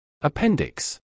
Appendix